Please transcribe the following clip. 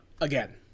Again